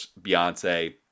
Beyonce